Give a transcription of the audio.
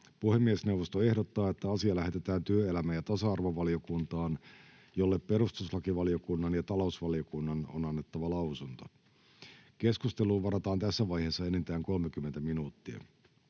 Puhemiesneuvosto ehdottaa, että asia lähetetään työelämä‑ ja tasa-arvovaliokuntaan, jolle perustuslakivaliokunnan ja talousvaliokunnan on annettava lausunto. Keskusteluun varataan tässä vaiheessa enintään 30 minuuttia.